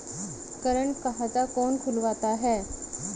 Current खाता कौन खुलवाता है?